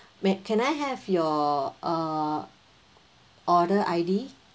may can I have your uh order I_D